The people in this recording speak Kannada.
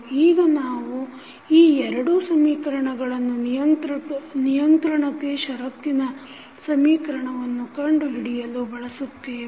ಈಗ ನಾವು ಈ ಎರಡು ಸಮೀಕರಣಗಳನ್ನು ನಿಯಂತ್ರಣತೆ ಶರತ್ತಿನ ಸಮೀಕರಣವನ್ನು ಕಂಡುಹಿಡಿಯಲು ಬಳಸುತ್ತೇವೆ